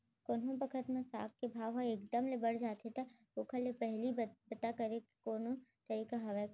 कोनो बखत म साग के भाव ह एक दम ले बढ़ जाथे त ओखर ले पहिली पता करे के कोनो तरीका हवय का?